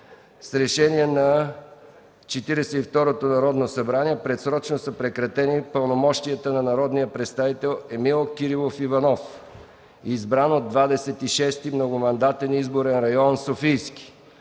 и второто Народно събрание предсрочно са прекратени пълномощията на народния представител Емил Кирилов Иванов, избран от 26. многомандатен изборен район – Софийски,